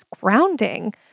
grounding